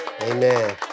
Amen